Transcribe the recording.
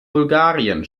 bulgarien